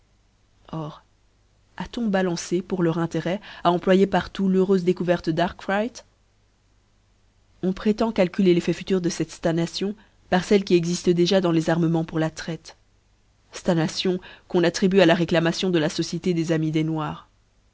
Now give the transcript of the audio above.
or a-t-on balancé pour leurintérêt à employer par-tout l'heureufe découverte d'arkwright on prétend calculer l'effet attur de cette ftagnation par celle quj exifte déjà dans les armeniens pour la traite ftagnation qu'on attribue à h réclamation de la société des amis des noirs